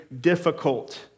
difficult